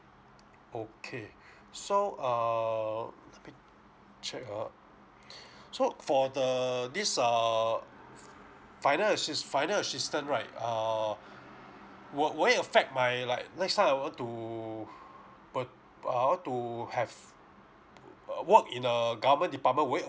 okay so err let me check ah so for the this err finance assist~ finance assistant right err would would it affect my like next time I want to pur~ uh I want to have work in a government department would it